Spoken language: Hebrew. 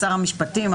שר המשפטים,